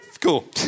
cool